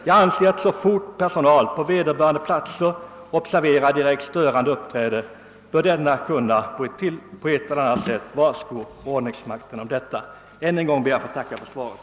Jag anser att så fort personal på ifrågavarande platser observerar störande uppträden bör denna kunna varsko ordningsmakten om detta. Ännu en gång ber jag att få tacka för svaret.